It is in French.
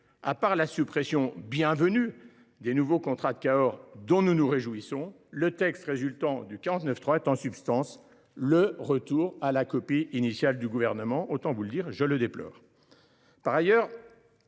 de la suppression bienvenue des nouveaux contrats de Cahors, dont nous nous réjouissons, le texte résultant du 49.3 est, en substance, un retour à la version initiale du Gouvernement, ce que je déplore.